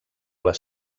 les